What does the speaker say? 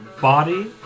body